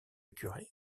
curé